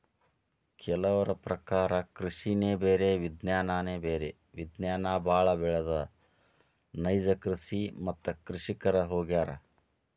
ಕೆಲವರ ಪ್ರಕಾರ ಕೃಷಿನೆ ಬೇರೆ ವಿಜ್ಞಾನನೆ ಬ್ಯಾರೆ ವಿಜ್ಞಾನ ಬಾಳ ಬೆಳದ ನೈಜ ಕೃಷಿ ಮತ್ತ ಕೃಷಿಕರ ಹೊಗ್ಯಾರ